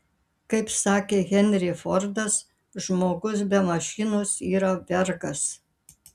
kaip sakė henry fordas žmogus be mašinos yra vergas